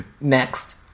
Next